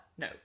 No